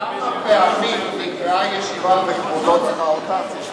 כמה פעמים נקבעה ישיבה וכבודו דחה אותה?